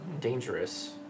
dangerous